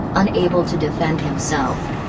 unable to defend himself.